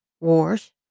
Wars